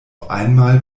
einmal